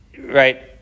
right